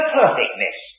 perfectness